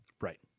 Right